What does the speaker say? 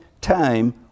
time